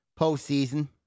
postseason